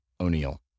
O'Neill